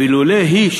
ולולא היא,